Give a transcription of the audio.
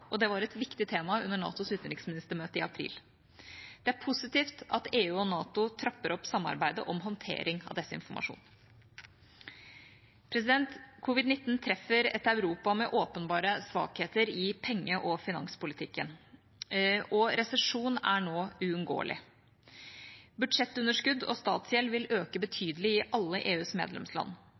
og det var et viktig tema under NATOs utenriksministermøte i april. Det er positivt at EU og NATO trapper opp samarbeidet om håndtering av desinformasjon. Covid-19 treffer et Europa med åpenbare svakheter i penge- og finanspolitikken, og resesjon er nå uunngåelig. Budsjettunderskudd og statsgjeld vil øke betydelig i alle EUs medlemsland.